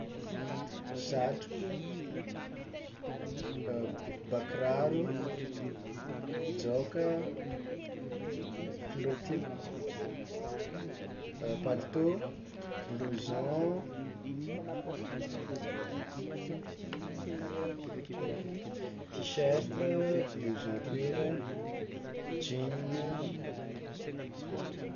Satroko, bakiraro, jaoka, kilaoty, palitô, blouson, tiserta, blouson cuir, jean.